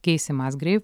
keisi masgreiv